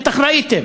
בטח ראיתם: